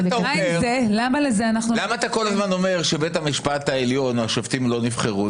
למה אתה כל הזמן אומר שבבית המשפט העליון השופטים לא נבחרו?